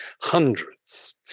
hundreds